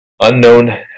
unknown